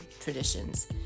traditions